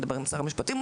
אדבר עם שר המשפטים,